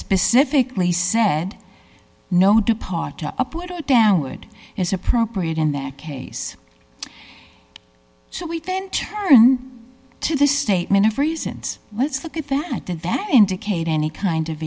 specifically said no departure upward or downward is appropriate in that case so we then turn to the statement of reasons let's look at that and that indicate any kind of